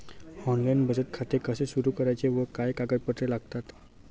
Online बचत खाते कसे सुरू करायचे व काय कागदपत्रे लागतात?